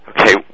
Okay